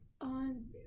on